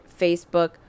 Facebook